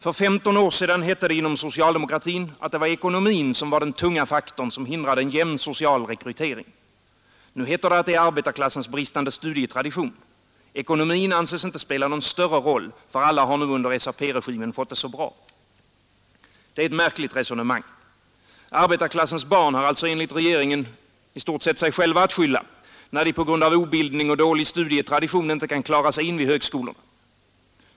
För 15 år sedan hette det inom socialdemokratin att det var ekonomin som var den tunga faktor vilken hindrade en jämn och social rekrytering. Nu heter det att det är arbetarklassens bristande studietradition. Ekonomin anses inte spela någon större roll, alla har nu under SAP fått det så bra. Det är ett märkligt resonemang. Arbetarklassens barn har alltså enligt regeringen sig själva att skylla när de på grund av obildning och dålig studietradition inte kan klara sig in vid högskolorna.